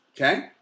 Okay